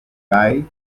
kaj